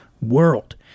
world